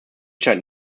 scheint